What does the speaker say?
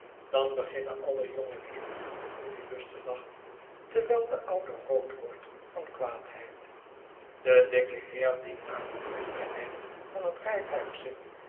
dan beginnen alle jongelieden in den omnibus te lachen terwijl de oude rood wordt van kwaadheid de dikke heer die aan het andere eind van het rijtuig zit